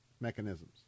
mechanisms